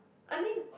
I mean